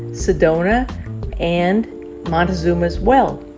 sedona and montezuma's well.